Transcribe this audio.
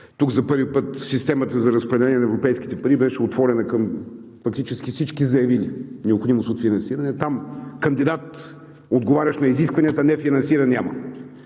тук за първи път системата за разпределение на европейските пари беше отворена към фактически всички заявили необходимост от финансиране. Там кандидат, отговарящ на изискванията, нефинансиран няма.